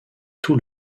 tout